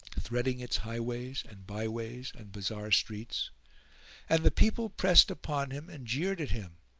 threading its highways and by ways and bazar-streets and the people pressed upon him and jeered at him,